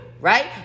right